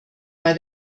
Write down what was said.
bei